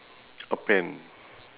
a pen